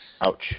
Ouch